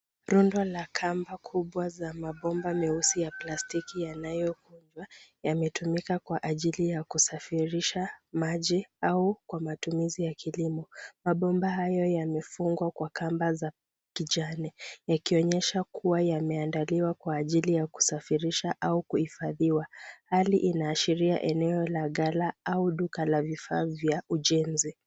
Rundo la kamba kubwa za mabomba meusi ya plastiki yanayokunjwa yametumika kwa ajili ya kusafirisha maji au kwa matumizi ya kilimo. Mabomba hayo yamefungwa kwa kamba za kijani yakionyesha kuwa yameandaliwa kwa ajili ya kusafirisha au kuhifadhiwa. Hali inaashiria eneo la ghala au duka la vifaa vya ujenzi.